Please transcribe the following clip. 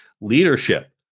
leadership